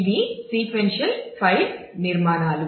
ఇవి sequential file నిర్మాణాలు